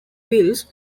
wills